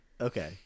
Okay